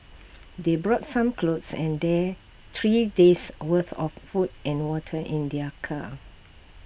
they brought some clothes and day three days' worth of food and water in their car